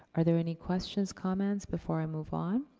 are there any questions, comments, before i move on?